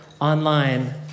online